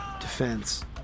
defense